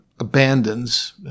abandons